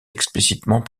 explicitement